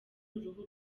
uruhu